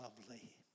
lovely